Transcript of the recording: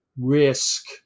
risk